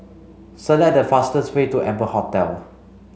select the fastest way to Amber Hotel